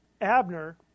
Abner